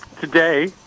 today